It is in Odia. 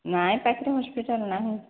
ନାଇଁ ପାଖରେ ହସ୍ପିଟାଲ୍ ନାହିଁ